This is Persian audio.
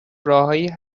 راههایی